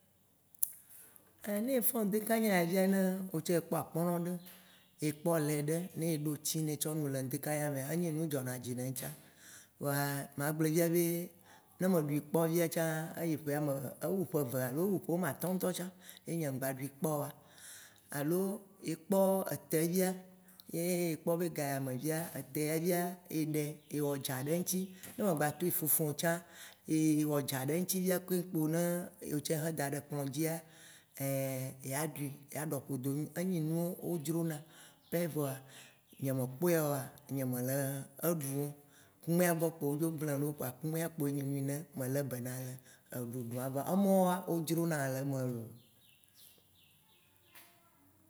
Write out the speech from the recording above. ne fɔ̃ ŋdekĩgni ya fia, ne wò tsĩ ekpɔ akpɔnɔ ɖe, ekpɔ lait ɖe ne ɖo tsi ye etsɔ nu le ŋdekĩgni mea, enye nu dzɔnadzi ne ŋtsã. Vɔa magblɔe via be, nmeɖui kpɔ via tsa eyi ƒe ame ewu ƒe ame eve alo ewu ƒe ame atɔ̃ ŋtɔtsã ye nye ŋgba ɖui kpɔ oa. Alo ye kpɔ ete via ye ekpɔ be ga ya me via, ete ya via ye ɖɛ, ye wɔ dza ɖe eŋti, ne me gba toe fufu o tsã ye wɔ dza ɖe eŋti via keŋ kpo ne wò tsãe axɔ da ɖe kplɔ̃ dzia, ya ɖui, ya ɖɔ ƒodo, enye nuwo wodzro nam pɛ voa, nye me kpɔɛ oa, nye me le eɖu o. Kumea gbɔ kpo wo dzo gblem ɖo kpoa, kumea kpoe nyi nu yi ne mele be na le ɖuɖu vɔa emɔwoa wodzro nam le eme loo.